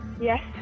Yes